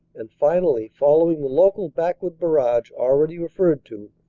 and finally, following the local backward barrage already referred to,